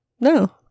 No